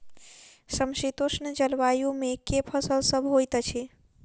समशीतोष्ण जलवायु मे केँ फसल सब होइत अछि?